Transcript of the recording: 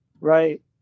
Right